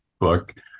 book